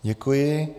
Děkuji.